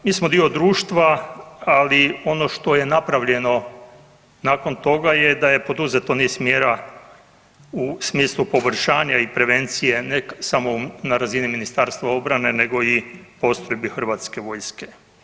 Mi smo dio društva, ali ono što je napravljeno nakon toga je da je poduzeto niz mjera u smislu poboljšanja i prevencije ne samo na razini Ministarstva obrane nego i postrojbi HV-a.